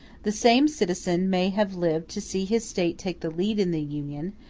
the same citizen may have lived to see his state take the lead in the union,